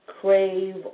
crave